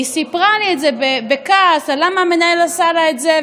היא סיפרה לי את זה בכעס: למה המנהל עשה לה את זה,